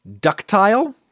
ductile